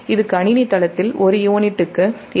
இது கணினி தளத்தில் ஒரு யூனிட்டுக்கு ஏனெனில் GmachineGsystem